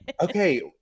okay